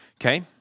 Okay